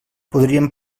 podríem